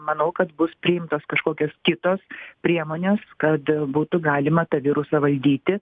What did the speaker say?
manau kad bus priimtos kažkokios kitos priemonės kad būtų galima tą virusą valdyti